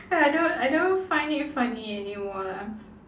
I don't I don't find it funny anymore lah